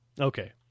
Okay